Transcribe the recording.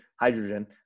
Hydrogen